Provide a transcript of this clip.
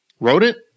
rodent